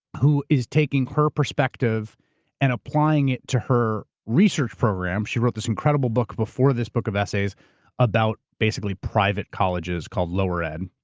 who is taking her perspective and applying it to her research program. she wrote this incredible book before this book of essays about basically private colleges called lower ed.